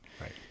right